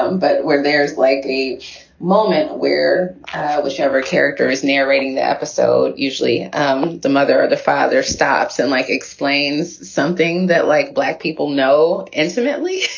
um but when there's like a moment where whichever character is narrating the episode, usually um the mother or the father stops and mike explains something that like black people know intimately